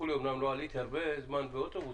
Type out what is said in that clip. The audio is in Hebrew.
אומנם לא עליתי הרבה זמן על אוטובוס,